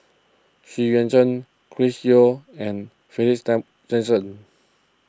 Xu Yuan Zhen Chris Yeo and Jackson